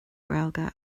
gaeilge